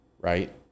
right